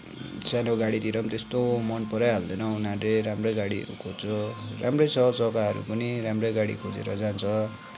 सानो गाडीतिर पनि त्यस्तो मन पराइहाल्दैन उनीहरूले राम्रै गाडीहरू खोज्छ राम्रै छ जग्गाहरू पनि राम्रै गाडी खोजेर जान्छ